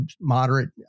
moderate